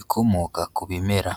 ikomoka ku bimera.